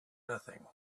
nothing